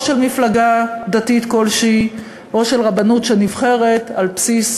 או של מפלגה דתית כלשהי או של רבנות שנבחרת על בסיס